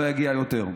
לא יגיע יותר.